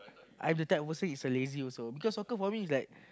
I'm the type of person is a lazy also because soccer for me is like